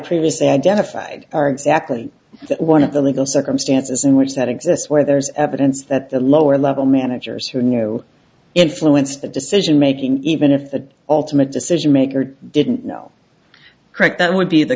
previously identified are exactly one of the legal circumstances in which that exists where there's evidence that the lower level managers who know influenced the decision making even if the ultimate decision maker didn't know correct that would be the